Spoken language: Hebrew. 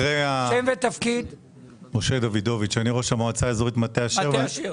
אני ראש המועצה האזורית מטה אשר,